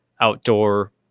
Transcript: outdoor